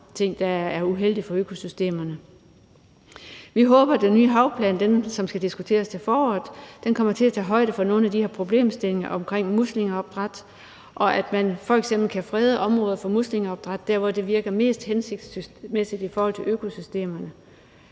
ting, der er uheldige for økosystemerne. Vi håber, at den nye havplan, som skal diskuteres til foråret, kommer til at tage højde for nogle af de her problemstillinger omkring muslingeopdræt, og at man f.eks. kan frede områder med hensyn til muslingeopdræt der, hvor det virker mest hensigtsmæssigt i forhold til økosystemerne,